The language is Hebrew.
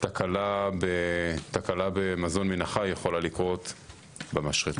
תקלה במזון מן החי יכולה לקרות במשחטה,